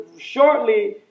shortly